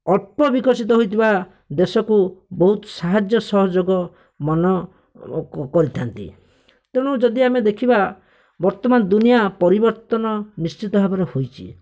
ଅଳ୍ପ ବିକଶିତ ହୋଇଥିବା ଦେଶକୁ ବହୁତ ସାହାଯ୍ୟ ସହଯୋଗ ମନେ କରିଥାନ୍ତି ତେଣୁ ଯଦି ଆମେ ଦେଖିବା ବର୍ତ୍ତମାନ ଦୁନିଆ ପରିବର୍ତ୍ତନ ନିଶ୍ଚିତ ଭାବରେ ହୋଇଛି